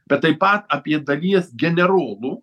bet taip pat apie dalies generolų